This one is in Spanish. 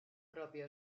propio